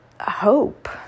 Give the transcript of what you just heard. hope